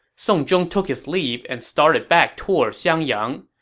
song zhong took his leave and started back toward xiangyang.